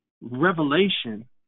revelation